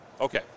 Okay